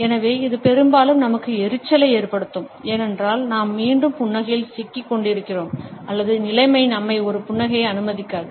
எனவே இது பெரும்பாலும் நமக்கு எரிச்சலை ஏற்படுத்தும் ஏனென்றால் நாம் மீண்டும் புன்னகையில் சிக்கிக்கொண்டிருக்கிறோம் அல்லது நிலைமை நம்மை ஒரு புன்னகையை அனுமதிக்காது